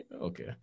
okay